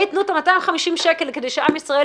וייתנו את ה-250 שקלים כדי שעם ישראל